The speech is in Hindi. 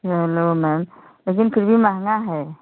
चलो मैम लेकिन फ़िर भी महँगा है